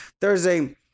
Thursday